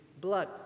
blood